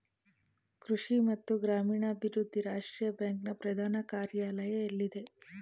ಕೃಷಿ ಮತ್ತು ಗ್ರಾಮೀಣಾಭಿವೃದ್ಧಿ ರಾಷ್ಟ್ರೀಯ ಬ್ಯಾಂಕ್ ನ ಪ್ರಧಾನ ಕಾರ್ಯಾಲಯ ಎಲ್ಲಿದೆ?